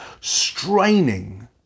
straining